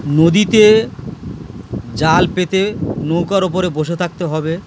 নদীতে জাল পেতে নৌকার ওপরে বসে থাকতে হবে